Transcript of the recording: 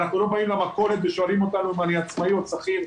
אנחנו לא באים למכולת ושואלים אותנו אם אנחנו עצמאים או שכירים.